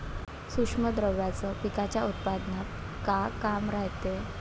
सूक्ष्म द्रव्याचं पिकाच्या उत्पन्नात का काम रायते?